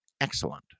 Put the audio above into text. excellent